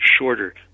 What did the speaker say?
shorter